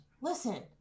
Listen